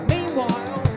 Meanwhile